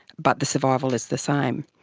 but the survival is the same.